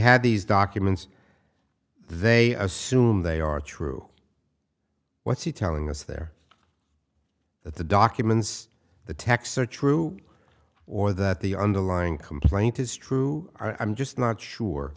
had these documents they assume they are true what's he telling us there that the documents the texts are true or that the underlying complaint is true i'm just not sure